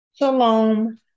Shalom